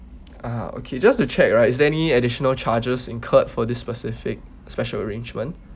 ah okay just to check right is there any additional charges incurred for this specific special arrangement